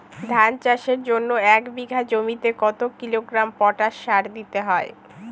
ধান চাষের জন্য এক বিঘা জমিতে কতো কিলোগ্রাম পটাশ সার দিতে হয়?